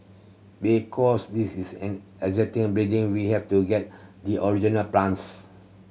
because this is an existing begin we have to get the original plans